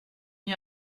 n’y